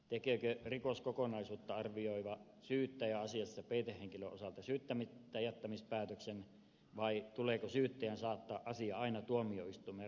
tekeekö rikoskokonaisuutta arvioiva syyttäjä asiassa peitehenkilön osalta syyttämättäjättämispäätöksen vai tuleeko syyttäjän saattaa asia aina tuomioistuimen ratkaistavaksi